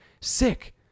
sick